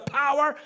power